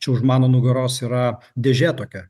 čia už mano nugaros yra dėžė tokia